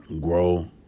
Grow